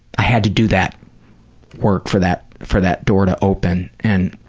i had to do that work for that for that door to open, and,